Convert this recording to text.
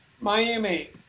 Miami